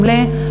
רמלה,